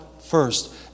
first